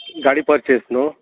गाडी पर्चेस न्हय